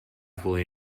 fully